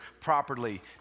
properly